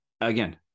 again